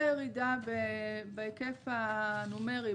הייתה ירידה בהיקף הנומרי,